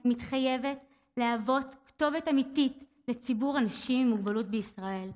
אני מתחייבת להוות כתובת אמיתית לציבור אנשים עם מוגבלות בישראל.